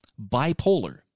bipolar